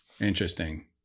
Interesting